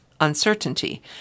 uncertainty